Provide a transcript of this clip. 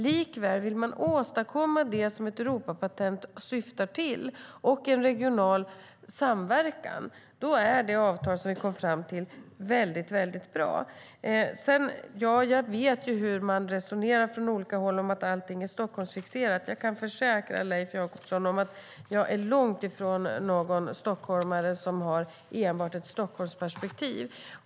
Men vill man åstadkomma det som ett Europapatent syftar till och en regional samverkan är det avtal vi kom fram till väldigt bra. Jag vet hur man resonerar på olika håll om att allting är Stockholmsfixerat. Jag kan försäkra Leif Jakobsson om att jag är långt ifrån någon stockholmare som enbart har ett Stockholmsperspektiv.